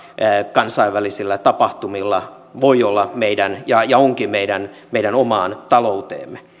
kansainvälisillä tapahtumilla voi olla ja ja onkin meidän meidän omaan talouteemme